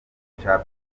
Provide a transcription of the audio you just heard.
kwica